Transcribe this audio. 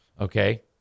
Okay